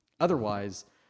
Otherwise